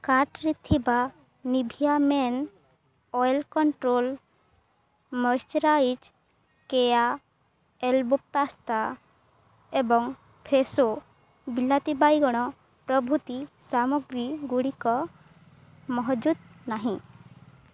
କାର୍ଟ୍ରେ ଥିବା Nivea men oil control moisturise Keya elbow pasta ଏବଂ ଫ୍ରେସୋ ବିଲାତି ବାଇଗଣ ପ୍ରଭୃତି ସାମଗ୍ରୀଗୁଡ଼ିକ ମହଜୁଦ ନାହିଁ